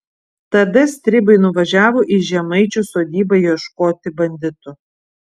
tada stribai nuvažiavo į žemaičių sodybą ieškoti banditų